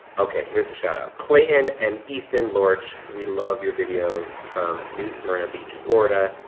okay, here's the shout-out, clayton and easton lorch, we love your videos from new smyrna beach, florida.